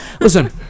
Listen